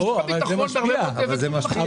יש לך ביטחון בהרבה מאוד ווקטורים אחרים